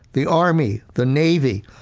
the army, the navy,